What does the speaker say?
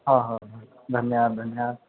हो हो धन्यवाद धन्यवाद